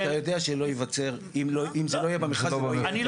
אתה יודע שאם זה לא יהיה במכרז זה לא ייווצר.